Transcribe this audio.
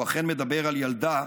והוא אכן מדבר על ילדה,